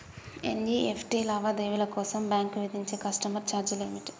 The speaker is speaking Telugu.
ఎన్.ఇ.ఎఫ్.టి లావాదేవీల కోసం బ్యాంక్ విధించే కస్టమర్ ఛార్జీలు ఏమిటి?